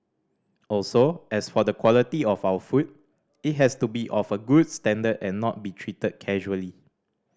also as for the quality of our food it has to be of a good standard and not be treated casually